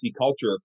culture